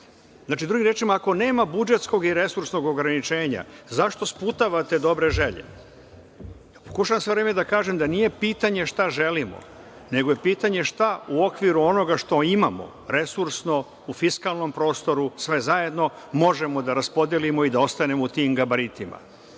Znači, drugim rečima, ako nema budžetskog i resursnog ograničenja, zašto sputavate dobre želje? Pokušavam svo vreme da kažem da nije pitanje šta želimo, nego je pitanje šta u okviru onoga što imamo, resursno u fiskalnom prostoru sve zajedno, možemo da raspodelimo i da ostanemo u tim gabaritima? Takođe